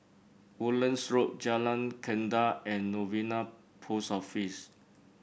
Woodlands Road Jalan Gendang and Novena Post Office